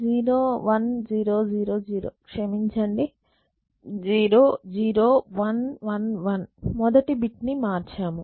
01000 క్షమించండి 00111 మొదటి బిట్ ని మార్చాము